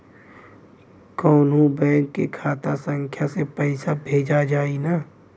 कौन्हू बैंक के खाता संख्या से पैसा भेजा जाई न?